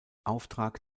auftrag